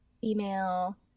female